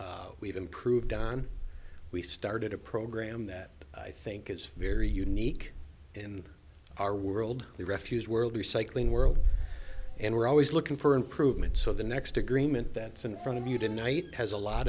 that we've improved on we started a program that i think it's very unique in our world the refuse world recycling world and we're always looking for improvement so the next agreement that's in front of you tonight has a lot